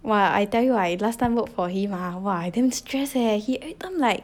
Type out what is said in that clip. !wah! I tell you I last time work for him ah !wah! I damn stress leh he everytime like